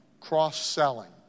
cross-selling